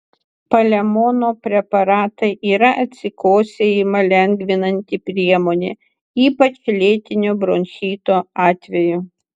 palemono preparatai yra atsikosėjimą lengvinanti priemonė ypač lėtinio bronchito atveju